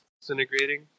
disintegrating